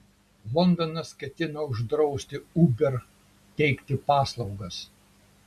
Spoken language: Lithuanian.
londonas ketina uždrausti uber teikti paslaugas